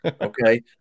Okay